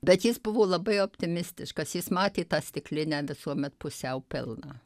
bet jis buvo labai optimistiškas jis matė tą stiklinę visuomet pusiau pilną